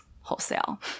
wholesale